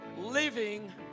Living